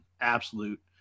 absolute